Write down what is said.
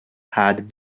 had